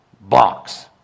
Box